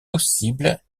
possible